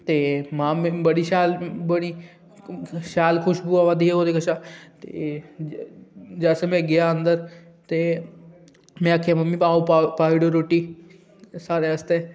ते महां बड़ी शैल बनी शैल खुश्बू आवा दी ओह्दे कशा ते जैसे में गेआ अंदर ते में आखेआ पाओ मम्मी पाई ओड़ो रुट्टी सारें आस्तै